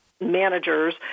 managers